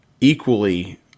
equally